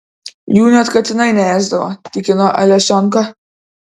jų net katinai neėsdavo tikino alesionka